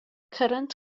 current